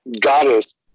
goddess